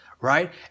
right